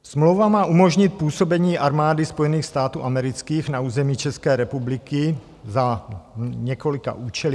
Smlouva má umožnit působení Armády Spojených států amerických na území České republiky za několika účely.